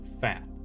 fat